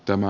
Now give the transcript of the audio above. tämä